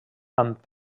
amb